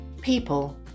People